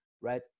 right